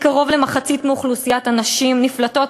כי קרוב למחצית מאוכלוסיית הנשים נפלטת